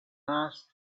asked